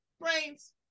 Brains